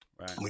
Right